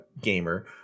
gamer